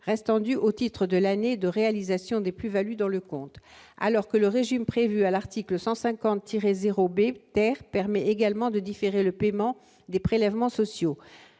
restant dues au titre de l'année, de réalisation des plus-values dans le Comte, alors que le régime prévue à l'article 150 irait 0 BPR permet également de différer le paiement des prélèvements sociaux,